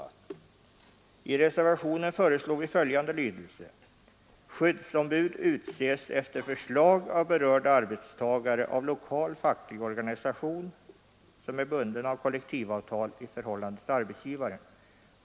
I denna reservation föreslår vi följande lydelse: ”Skyddsombud utses efter förslag av berörda arbetstagare av lokal facklig organisation, som är bunden av kollektivavtal i förhållande till arbetsgivaren.